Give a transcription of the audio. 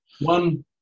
One